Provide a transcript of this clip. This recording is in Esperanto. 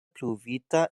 pruvita